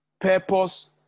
purpose